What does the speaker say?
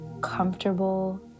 comfortable